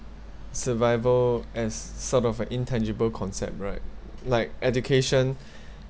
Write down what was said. survival as sort of an intangible concept right like education